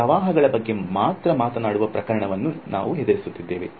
ನಾವು ಪ್ರವಾಹಗಳ ಬಗ್ಗೆ ಮಾತ್ರ ಮಾತನಾಡುವ ಪ್ರಕರಣವನ್ನು ನಾವು ಎದುರಿಸುತ್ತಿದ್ದೇವೆ